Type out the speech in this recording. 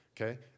okay